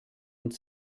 und